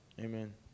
Amen